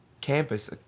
campus